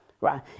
right